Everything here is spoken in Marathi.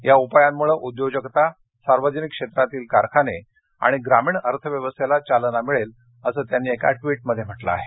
या उपायांमुळे उद्योजकता सार्वजनिक क्षेत्रातील कारखाने आणि ग्रामीण अर्थव्यवस्थेला चालना मिळेल असं त्यांनी एका ट्विटमध्ये म्हटलं आहे